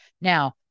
Now